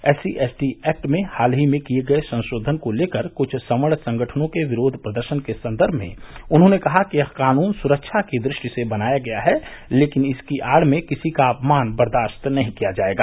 SC ST act में हाल ही में किये गये संशोधन को लेकर कुछ सवर्ण संगठनों के विरोय प्रदर्शन के सन्दर्भ में उन्होंने कहा कि यह कानून सुरक्षा की दृष्टि से बनाया गया है लेकिन इसकी आड़ में किसी का अपमान बर्दाश्त नहीं किया जायेगा